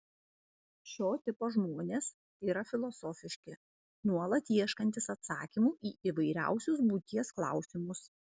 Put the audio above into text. šio tipo žmonės yra filosofiški nuolat ieškantys atsakymų į įvairiausius būties klausimus